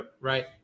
right